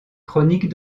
chroniques